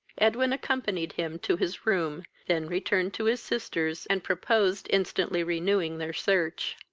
edwin accompanied him to his room, then returned to his sister's and proposed instantly renewing their search.